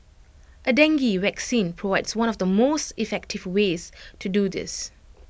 A dengue vaccine provides one of the most effective ways to do this